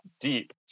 deep